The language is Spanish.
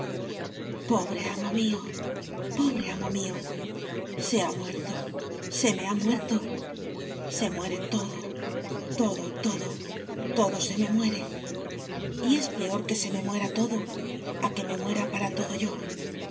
pobre amo mío pobre amo mío se ha muerto se me ha muerto se muere todo todo todo todo se me muere y es peor que se me muera todo a que me muera para todo yo